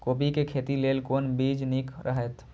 कोबी के खेती लेल कोन बीज निक रहैत?